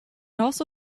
also